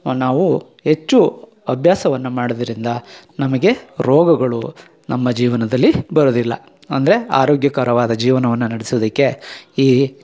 ನಾವು ಹೆಚ್ಚು ಅಭ್ಯಾಸವನ್ನ ಮಾಡೋದ್ರಿಂದ ನಮಗೆ ರೋಗಗಳು ನಮ್ಮ ಜೀವನದಲ್ಲಿ ಬರೋದಿಲ್ಲ ಅಂದರೆ ಆರೋಗ್ಯಕರವಾದ ಜೀವನವನ್ನು ನಡ್ಸೋದಕ್ಕೆ ಈ